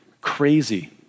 crazy